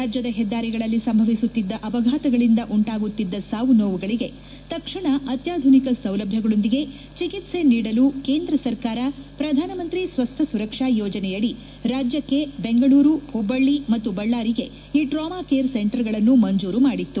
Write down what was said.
ರಾಜ್ಯದ ಹೆದ್ದಾರಿಗಳಲ್ಲಿ ಸಂಭವಿಸುತ್ತಿದ್ದ ಅಪಘಾತಗಳಿಂದ ಉಂಟಾಗುತ್ತಿದ್ದ ಸಾವು ನೋವುಗಳಿಗೆ ತಕ್ಷಣ ಅತ್ಯಾಧುನಿಕ ಸೌಲಭ್ಯಗಳೊಂದಿಗೆ ಚಿಕಿತ್ಸೆ ನೀಡಲು ಕೇಂದ್ರ ಸರಕಾರ ಪ್ರಧಾನ ಮಂತ್ರಿ ಸ್ವಸ್ಟ ಸುರಕ್ಷಾ ಯೋಜನೆಯಡಿ ರಾಜ್ಯಕ್ಷೆ ದೆಂಗಳೂರು ಹುಬ್ಬಳ್ಳಿ ಮತ್ತು ಬಳ್ಳಾರಿಗೆ ಈ ಟ್ರಾಮಕೇರ್ ಸೆಂಟರ್ಗಳನ್ನು ಮಂಜೂರು ಮಾಡಿತ್ತು